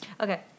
Okay